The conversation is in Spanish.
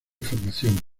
formación